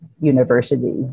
University